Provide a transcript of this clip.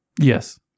Yes